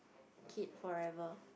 kid forever